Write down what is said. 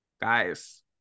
Guys